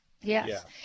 Yes